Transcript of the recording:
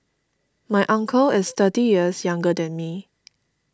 my uncle is thirty years younger than me